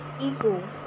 ego